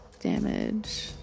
Damage